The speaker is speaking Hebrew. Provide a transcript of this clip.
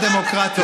הדמוקרט הגדול.